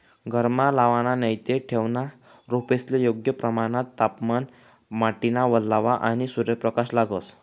घरमा लावाना नैते ठेवना रोपेस्ले योग्य प्रमाणमा तापमान, माटीना वल्लावा, आणि सूर्यप्रकाश लागस